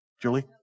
Julie